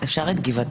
הצו אושר.